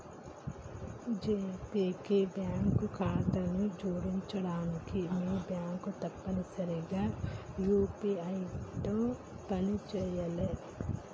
GPay కి bank ఖాతాను జోడించడానికి మీ బ్యాంక్ తప్పనిసరిగా యూ.పీ.ఐ తో పనిచేయాలే